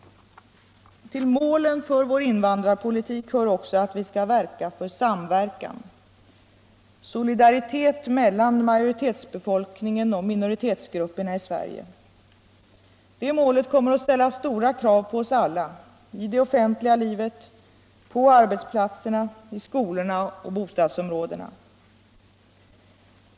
Till målen för vår invandrarpolitik hör också att vi skall verka för samverkan, solidaritet, mellan majoritetsbefolkningen och minoritetsgrupperna i Sverige. Det målet kommer att ställa stora krav på oss alla i det offentliga livet, på arbetsplatserna, i skolorna och bostadsområdena.